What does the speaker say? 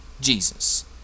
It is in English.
Jesus